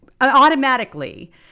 automatically